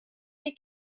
neu